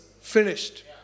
Finished